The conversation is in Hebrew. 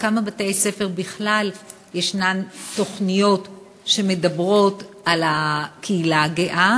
בכמה בתי-ספר בכלל ישנן תוכניות שמדברות על הקהילה הגאה?